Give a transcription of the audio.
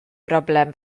broblem